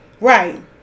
right